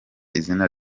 izina